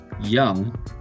young